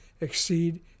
exceed